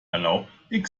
erlaubt